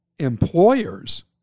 employers